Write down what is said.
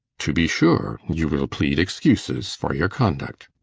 to be sure you will plead excuses for your conduct